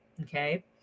Okay